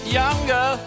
younger